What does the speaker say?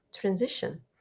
transition